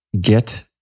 Get